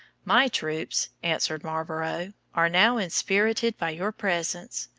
my troops, answered marlborough, are now inspirited by your presence.